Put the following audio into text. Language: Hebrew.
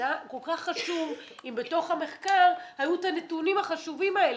זה היה כל כך חשוב אם בתוך המחקר היו הנתונים החשובים האלה.